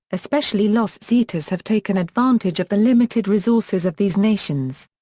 especially los zetas have taken advantage of the limited resources of these nations.